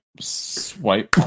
swipe